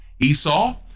esau